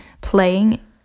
playing